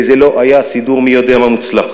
וזה לא היה סידור מי יודע מה מוצלח.